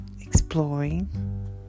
exploring